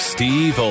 Steve